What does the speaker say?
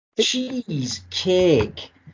Cheesecake